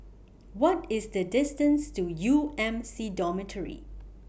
What IS The distance to U M C Dormitory